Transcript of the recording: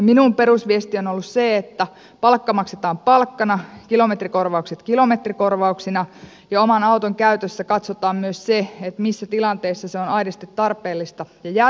minun perusviestini on ollut se että palkka maksetaan palkkana kilometrikorvaukset kilometrikorvauksina ja oman auton käytössä katsotaan myös se missä tilanteessa se on aidosti tarpeellista ja järkevää